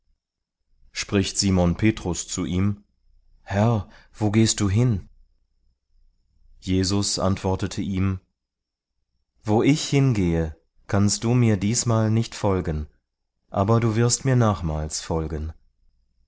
spricht simon petrus zu ihm herr wo gehst du hin jesus antwortete ihm wo ich hin gehe kannst du mir diesmal nicht folgen aber du wirst mir nachmals folgen